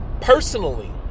personally